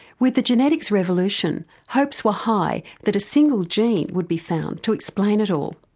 with the genetics revolution hopes were high that a single gene would be found to explain it all,